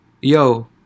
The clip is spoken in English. yo